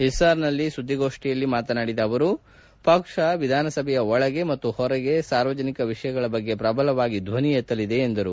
ಹಿಸಾರ್ನಲ್ಲಿ ಸುದ್ದಿಗೋಷ್ತಿಯಲ್ಲಿ ಅವರು ಪಕ್ಷ ವಿಧಾನಸಭೆಯ ಒಳಗೆ ಹಾಗೂ ಹೊರಗೆ ಸಾರ್ವಜನಿಕ ವಿಷಯಗಳ ಬಗ್ಗೆ ಪ್ರಬಲವಾಗಿ ಧ್ಲನಿ ಎತ್ತಲಿದೆ ಎಂದರು